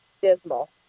dismal